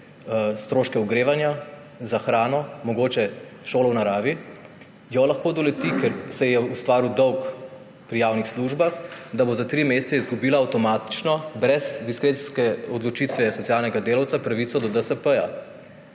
stroške ogrevanja, za hrano, mogoče šolo v naravi, jo lahko doleti, ker se je ustvaril dolg pri javnih službah, da bo za tri mesece avtomatično, brez diskrecijske odločitve socialnega delavca izgubila pravico do DSP.